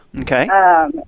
Okay